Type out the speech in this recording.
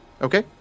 Okay